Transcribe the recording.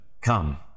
come